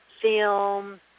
film